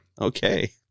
Okay